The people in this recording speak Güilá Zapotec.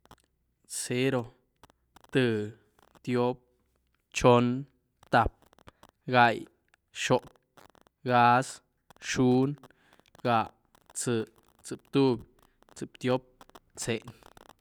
Cero, tïé, tyop, chon, táp, gai, xop, gáz, xuun, gá, tzë, tzëtuby, tzëptyiop, tzeny.